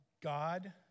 God